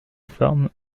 formes